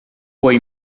poi